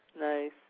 Nice